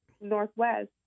Northwest